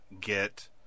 get